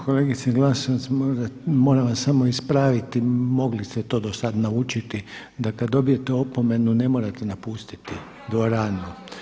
Kolegice Glasovac moram vas samo ispraviti mogli ste to do sad naučiti da kad dobijete opomenu ne morate napustiti dvoranu.